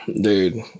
Dude